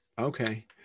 Okay